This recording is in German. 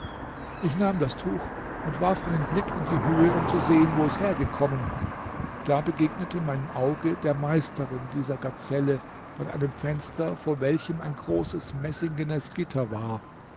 ich nahm das tuch und warf einen blick in die höhe um zu sehen wo es hergekommen da begegnete mein auge der meisterin dieser gazelle an einem fenster vor welchem ein großes messingenes gitter war